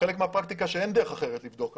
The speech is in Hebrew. חלק מהפרקטיקה, אין דרך אחרת לבדוק.